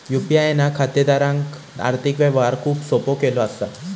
UPI ना खातेदारांक आर्थिक व्यवहार खूप सोपो केलो असा